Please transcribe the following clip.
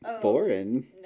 foreign